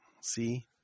see